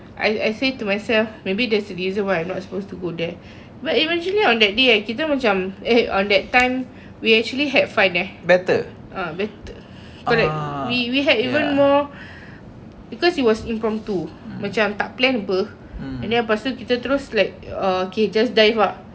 I I say to myself maybe there's a reason why I'm not supposed to go there but eventually on that day eh kita macam eh on that time we actually had fun eh ha better correct we we had even more because it was impromptu macam tak plan apa and lepas tu kita terus like uh okay just dive ah